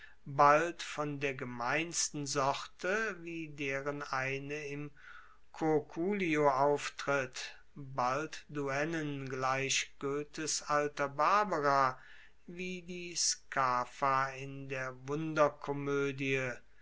bald von der gemeinsten sorte wie deren eine im curculio auftritt bald duennen gleich goethes alter barbara wie die scapha in der